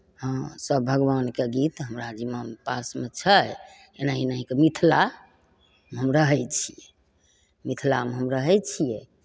हँ सब भगवानके गीत हमरा जिम्मामे पासमे छै एनाहि एनाहिके मिथिला हम रहै छिए मिथिलामे हम रहै छिए